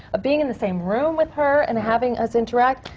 of being in the same room with her and having us interact?